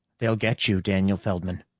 they'll get you, daniel feldman!